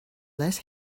less